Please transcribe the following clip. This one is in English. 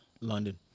London